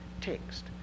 text